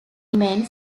remain